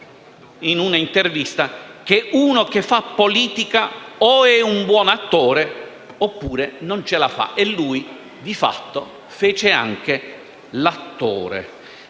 in un'intervista, che uno che fa politica o è un buon attore oppure non ce la fa e lui fece anche l'attore.